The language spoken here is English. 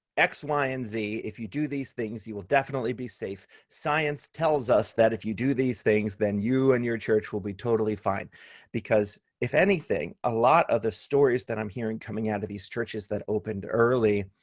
x, y, and z, if you do these things, you will definitely be safe. science tells us that if you do these things, then you and your church will be totally fine because if anything, a lot of the stories that i'm hearing coming out of these churches that opened early